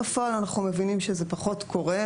בפועל אנחנו מבינים שזה פחות קורה,